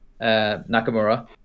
nakamura